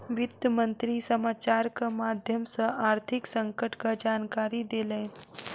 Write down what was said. वित्त मंत्री समाचारक माध्यम सॅ आर्थिक संकटक जानकारी देलैन